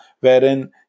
wherein